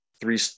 three